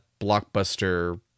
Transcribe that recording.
blockbuster